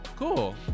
Cool